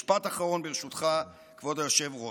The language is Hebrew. משפט אחרון, ברשותך, כבוד היושב-ראש.